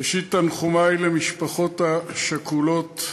ראשית, תנחומי למשפחות השכולות,